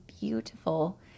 beautiful